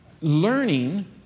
learning